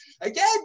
again